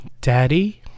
daddy